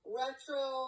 retro